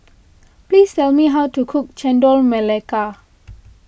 please tell me how to cook Chendol Melaka